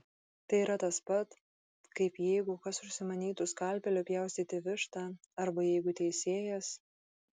tai yra tas pat kaip jeigu kas užsimanytų skalpeliu pjaustyti vištą arba jeigu teisėjas